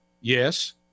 Yes